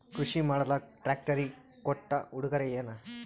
ಕೃಷಿ ಮಾಡಲಾಕ ಟ್ರಾಕ್ಟರಿ ಕೊಟ್ಟ ಉಡುಗೊರೆಯೇನ?